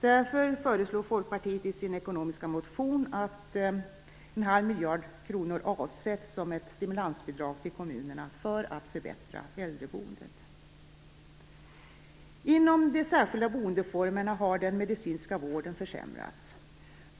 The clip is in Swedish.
Därför föreslår Folkpartiet i sin ekonomiska motion att en halv miljard kronor avsätts som ett stimulansbidrag till kommunerna för att förbättra äldreboendet. Inom de särskilda boendeformerna har den medicinska vården försämrats.